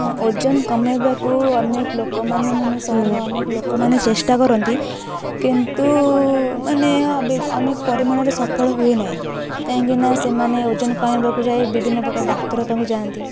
ହଁ ଓଜନ କମେଇବାକୁ ଅନେକ ଲୋକମାନେ ମାନେ ସହରର ଅନେକ ଲୋକମାନେ ଚେଷ୍ଟା କରନ୍ତି କିନ୍ତୁ ମାନେ ଏହା ଅବେ ଅନେକ ପରିମାଣରେ ସଫଳ ହୁଏ ନାହିଁ କାହିଁକି ନା ସେମାନେ ଓଜନ କମେଇବାକୁ ଯାଇ ବିଭିନ୍ନ ପ୍ରକାର ଡାକ୍ତର ପାଖକୁ ଯାଆନ୍ତି